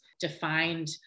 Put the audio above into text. defined